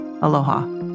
Aloha